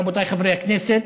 רבותיי חברי הכנסת,